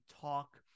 talk